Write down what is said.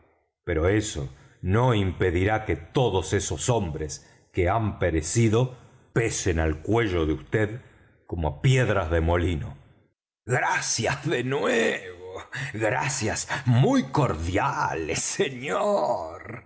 pero eso no impedirá que todos esos hombres que han perecido pesen al cuello de vd como piedras de molino gracias de nuevo gracias muy cordiales señor